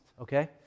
okay